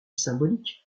symbolique